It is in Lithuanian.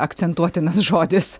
akcentuotinas žodis